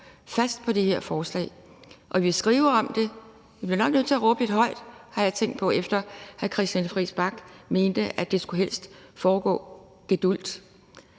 fast på det her forslag. Og vi vil skrive om det. Vi bliver nok nødt til at råbe lidt højt, har jeg tænkt på, efter hr. Christian Friis Bach sagde, at han mente, at det helst skulle foregå gedulgt.